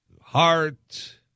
heart